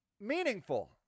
meaningful